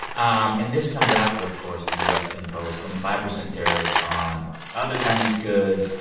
um and this comes after, of course, the u s. imposed twenty five percent tariffs on other chinese goods.